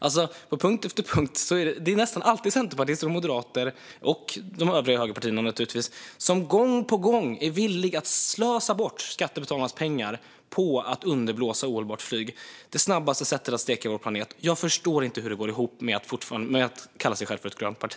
På punkt efter punkt är det nästan alltid Centerpartiet och Moderaterna - och de övriga högerpartierna, naturligtvis - som gång på gång är villiga att slösa bort skattebetalarnas pengar på att underblåsa ohållbart flyg, det snabbaste sättet att steka vår planet. Jag förstår inte hur det går ihop med att kalla sig ett grönt parti.